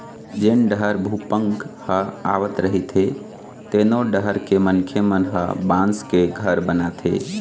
जेन डहर भूपंक ह आवत रहिथे तेनो डहर के मनखे मन ह बांस के घर बनाथे